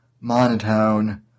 monotone